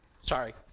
Sorry